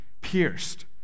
pierced